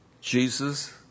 Jesus